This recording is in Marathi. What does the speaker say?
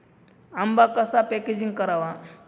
आंबा कसा पॅकेजिंग करावा?